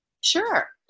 Sure